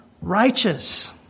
Righteous